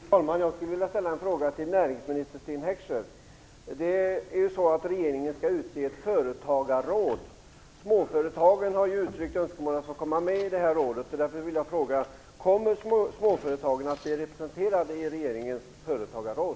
Fru talman! Jag skulle vilja ställa en fråga till näringsminister Sten Heckscher. Regeringen skall ju utse ett företagarråd. Småföretagen har uttryckt önskemål om att få komma med i detta råd. Kommer småföretagen att bli representerade i regeringens företagarråd?